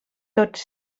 tots